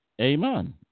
Amen